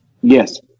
Yes